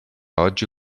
oggi